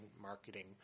marketing